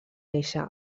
néixer